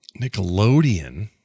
Nickelodeon